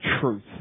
truth